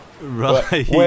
right